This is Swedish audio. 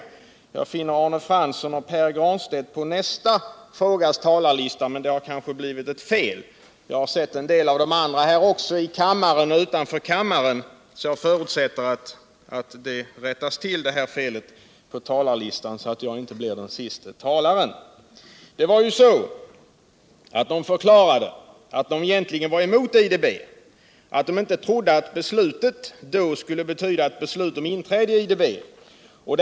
Jag finner Arne Fransson och Pär Granstedt på nästa frågas talarlista, men det har kanske blivit ett fel. Jag har sett en del av de andra också här i kammaren och utanför kammaren, så jag förutsätter att det här felet på talarlistan rättas till, så att jag inte blir den siste talaren i denna fråga. De 14 centerpartisterna förklarade att de egentligen var emot IDB, att de inte trodde att beslutet då skulle betyda beslut om inträde i IDB.